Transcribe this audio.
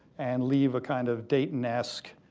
and leave a kind of daytonesque